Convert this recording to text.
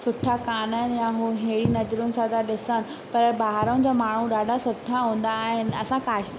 सुठा कोन आहिनि या हू हेड़ी नज़रुनि सां था ॾिसनि त ॿाहिरां जा माण्हू ॾाढा सुठा हूंदा आहिनि असां काश